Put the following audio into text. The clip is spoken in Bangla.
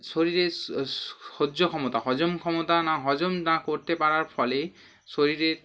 শরীরের সহ্য ক্ষমতা হজম ক্ষমতা না হজম না করতে পারার ফলে শরীরের